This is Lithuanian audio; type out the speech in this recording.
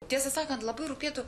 tiesą sakant labai rūpėtų